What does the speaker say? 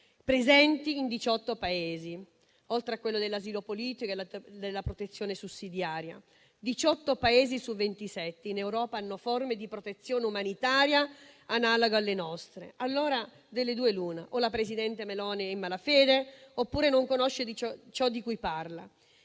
presenti in 18 Paesi, oltre a quella dell'asilo politico e della protezione sussidiaria. In Europa, 18 Paesi su 27 hanno forme di protezione umanitaria analoghe alle nostre. Allora, delle due l'una: o il presidente Meloni è in malafede oppure non conosce di ciò di cui parla.